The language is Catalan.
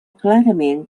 clarament